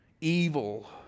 evil